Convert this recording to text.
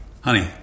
Honey